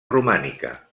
romànica